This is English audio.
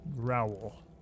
growl